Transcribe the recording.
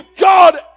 God